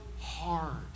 hard